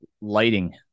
lighting